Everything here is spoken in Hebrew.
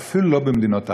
ואפילו לא במדינות ערב,